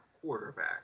quarterback